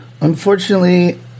Unfortunately